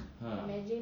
!huh!